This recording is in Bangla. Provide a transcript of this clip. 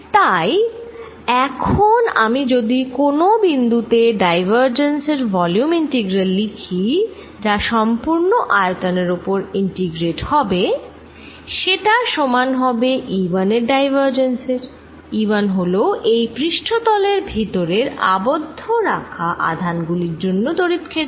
তাই এখন আমি যদি কোন বিন্দু তে E এর ডাইভারজেন্স এর ভল্যুম ইন্টেগ্রাল লিখি যা সম্পূর্ণ আয়তনের ওপর ইন্টিগ্রেট হবে সেটা সমান হবে E1 এর ডাইভারজেন্স এর E1 হল এই পৃষ্ঠতলের ভিতরের আবদ্ধ রাখা আধান গুলির জন্য তড়িৎ ক্ষেত্র